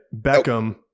Beckham